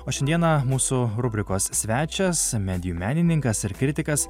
o šiandieną mūsų rubrikos svečias medijų menininkas ir kritikas